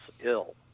ill